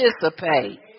participate